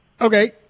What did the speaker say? Okay